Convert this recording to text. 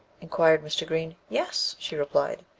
inquired mr. green. yes, she replied.